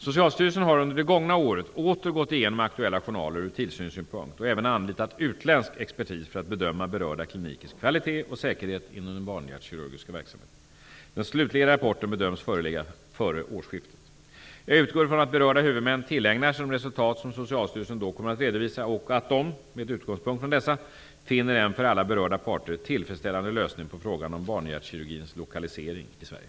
Socialstyrelsen har under det gångna året åter gått igenom aktuella journaler ur tillsynssynpunkt och även anlitat utländsk expertis för att bedöma berörda klinikers kvalitet och säkerhet inom den barnhjärtkirurgiska verksamheten. Den slutliga rapporten bedöms föreligga före årsskiftet. Jag utgår ifrån att berörda huvudmän tillägnar sig de resultat som Socialstyrelsen då kommer att redovisa och att de -- med utgångspunkt från dessa -- finner en för alla berörda parter tillfredsställande lösning på frågan om barnhjärtkirurgins lokalisering i Sverige.